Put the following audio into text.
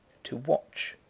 to watch,